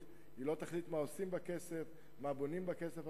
המדיניות ולא תחליט מה עושים בכסף, מה בונים בכסף.